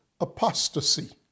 apostasy